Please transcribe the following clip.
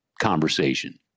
conversation